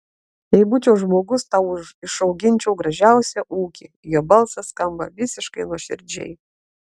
jei būčiau žmogus tau išauginčiau gražiausią ūkį jo balsas skamba visiškai nuoširdžiai